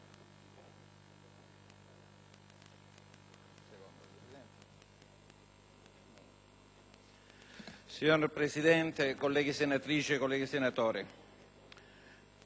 Signor Presidente, colleghe senatrici e colleghi senatori,